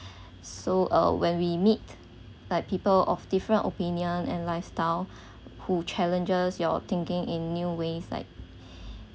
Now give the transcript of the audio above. so uh when we meet like people of different opinion and lifestyle who challenges your thinking in new ways like